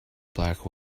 black